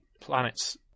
planets